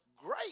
great